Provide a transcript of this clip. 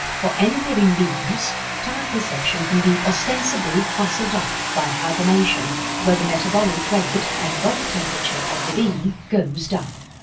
for any living beings time perception can be ostensibly hustled up by hibernation where the metabolic rate and body temperature of the being goes down.